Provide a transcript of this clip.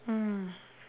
mm